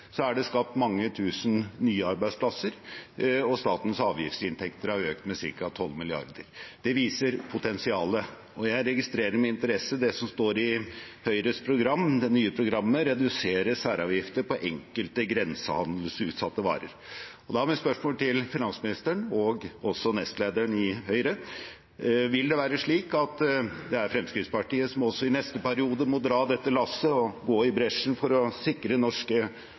er det skapt mange tusen nye arbeidsplasser, og statens avgiftsinntekter har økt med ca. 12 mrd. kr. Det viser potensialet. Jeg registrerer med interesse det som står i Høyres nye program: «redusere særavgifter på enkelte grensehandelsutsatte varer». Da er mitt spørsmål til finansministeren, også nestleder i Høyre: Vil det være slik at det er Fremskrittspartiet som også i neste periode må dra dette lasset og gå i bresjen for å sikre norske